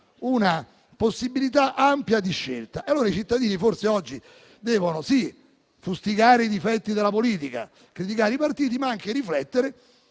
una possibilità ampia di scelta e allora, forse, i cittadini oggi devono sì fustigare i difetti della politica e criticare i partiti, ma anche riflettere